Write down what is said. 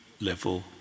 level